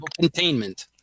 containment